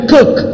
Cook